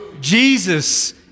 Jesus